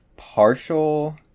partial